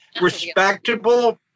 respectable